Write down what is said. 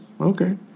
Okay